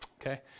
Okay